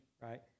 right